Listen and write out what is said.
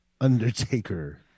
Undertaker